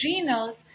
adrenals